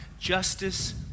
justice